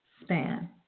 span